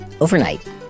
Overnight